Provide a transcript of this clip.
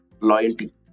loyalty